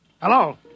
Hello